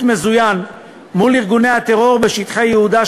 מזוין מול ארגוני הטרור בשטחי יהודה,